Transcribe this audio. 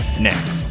Next